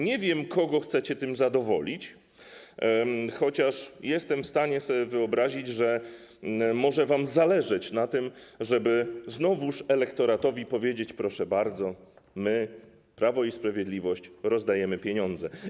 Nie wiem, kogo chcecie tym zadowolić, chociaż jestem w stanie sobie wyobrazić, że może wam zależeć na tym, żeby znowu elektoratowi powiedzieć: proszę bardzo, my, Prawo i Sprawiedliwość, rozdajemy pieniądze.